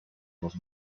los